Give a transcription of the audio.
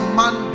man